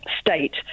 state